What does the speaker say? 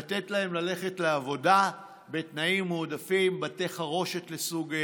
לתת להם ללכת לעבודה בתנאים מועדפים: בתי חרושת לסוגיהם,